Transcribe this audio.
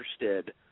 interested